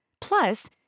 Plus